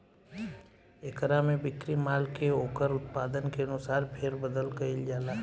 एकरा में बिक्री माल के ओकर उत्पादन के अनुसार फेर बदल कईल जाला